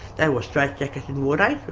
they wore straitjackets in ward eight.